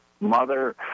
mother